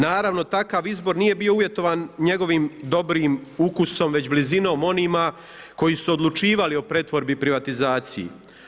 Naravno, takav izbor nije bio uvjetovan njegovim dobrim ukusom, već blizinom onima koji su odlučivali o pretvorbi i privatizaciji.